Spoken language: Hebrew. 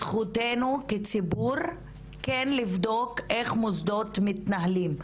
זכותנו כציבור כן לבדוק איך מוסדות מתנהלים,